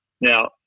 Now